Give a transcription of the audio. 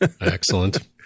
excellent